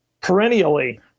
perennially